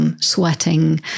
Sweating